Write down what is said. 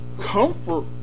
comfort